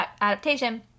adaptation